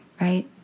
right